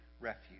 refuge